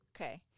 Okay